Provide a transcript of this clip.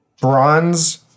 bronze